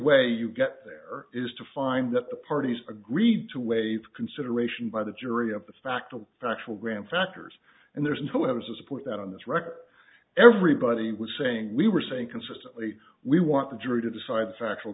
way you get there is to find that the parties agreed to waive consideration by the jury of the fact the factual grand factors and there's no it was a point that on this record everybody was saying we were saying consistently we want the jury to decide factual